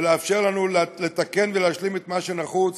ולאפשר לנו לתקן ולהשלים את מה שנחוץ